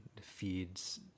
feeds